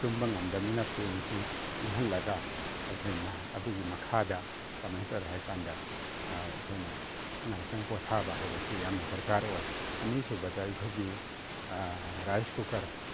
ꯇꯨꯝꯕ ꯉꯝꯗꯝꯅꯤꯅ ꯐꯦꯟꯁꯤ ꯎꯪꯍꯜꯂꯒ ꯑꯩꯈꯣꯏ ꯑꯗꯨꯒꯤ ꯃꯈꯥꯗ ꯀꯃꯥꯏ ꯇꯧꯔꯦ ꯍꯥꯏ ꯀꯥꯟꯗ ꯑꯩꯈꯣꯏꯅ ꯉꯍꯥꯛꯇꯪ ꯄꯣꯊꯥꯕ ꯍꯥꯏꯕꯁꯤ ꯌꯥꯝꯅ ꯗꯔꯀꯥꯔ ꯑꯣꯏ ꯑꯅꯤꯁꯨꯗ ꯑꯩꯈꯣꯏꯒꯤ ꯔꯥꯏꯁ ꯀꯨꯀꯔ